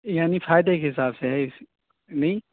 یعنی فائدے کے حساب سے ہے نہیں